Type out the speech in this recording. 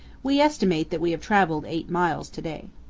we estimate that we have traveled eight miles to-day.